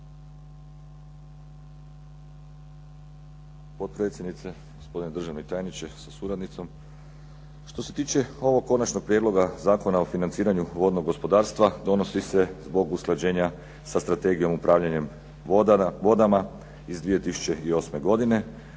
potpredsjednice, gospodine državni tajniče sa suradnicom. Što se tiče ovog Konačnog prijedloga Zakona o financiranju vodnog gospodarstva donosi se zbog usklađenja sa strategijom i upravljanjem vodama iz 2008. godine,